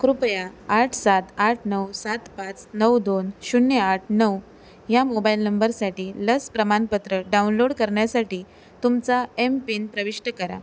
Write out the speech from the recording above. कृपया आठ सात आठ नऊ सात पाच नऊ दोन शून्य आठ नऊ या मोबाईल नंबरसाठी लस प्रमाणपत्र डाउनलोड करण्यासाठी तुमचा एमपिन प्रविष्ट करा